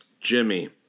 Jimmy